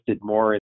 more